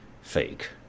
fake